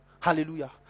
Hallelujah